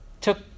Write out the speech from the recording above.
took